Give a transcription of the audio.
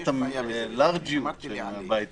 אתם לא פותחים את כל ענפי היופי,